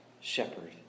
shepherd